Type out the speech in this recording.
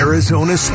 Arizona